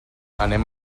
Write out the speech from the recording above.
anem